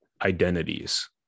identities